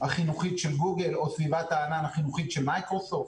החינוכית של גוגל או סביבת הענן החינוכית של מייקרוסופט.